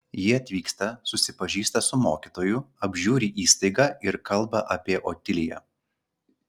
ji atvyksta susipažįsta su mokytoju apžiūri įstaigą ir kalba apie otiliją